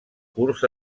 curs